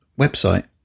website